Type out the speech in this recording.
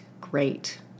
great